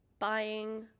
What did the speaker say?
buying